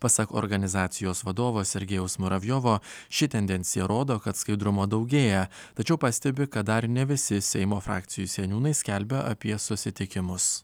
pasak organizacijos vadovo sergejaus muravjovo ši tendencija rodo kad skaidrumo daugėja tačiau pastebi kad dar ne visi seimo frakcijų seniūnai skelbia apie susitikimus